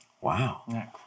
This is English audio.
Wow